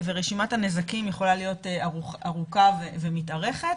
קשר איתם ורשימת הנזקים יכולה להיות ארוכה ומתארכת.